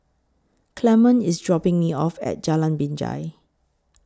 Clemon IS dropping Me off At Jalan Binjai